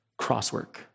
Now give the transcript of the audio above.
crosswork